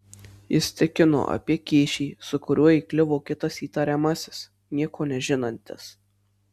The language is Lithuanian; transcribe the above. jis tikino apie kyšį su kuriuo įkliuvo kitas įtariamasis nieko nežinantis